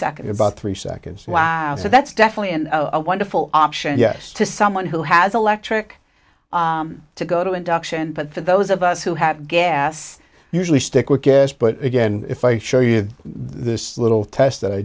seconds about three seconds wow so that's definitely an a wonderful option yes to someone who has electric to go to induction but for those of us who have gas usually stick with gas but again if i show you this little test that i